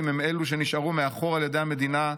הם אלו שנשארו מאחור על ידי המדינה,